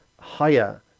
higher